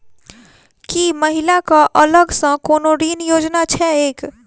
की महिला कऽ अलग सँ कोनो ऋण योजना छैक?